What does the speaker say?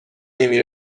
نمی